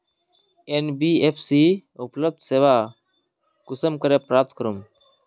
NBFC उपलब्ध सेवा कुंसम करे प्राप्त करूम?